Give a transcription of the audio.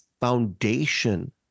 foundation